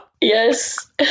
Yes